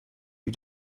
you